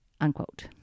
Unquote